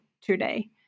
today